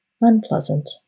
unpleasant